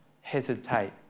hesitate